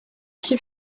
qui